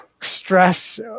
stress